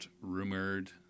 rumored